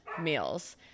meals